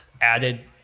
added